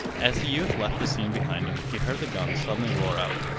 as the youth left the scene behind him, he heard the guns suddenly roar out.